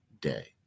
day